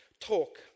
talk